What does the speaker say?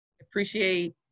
Appreciate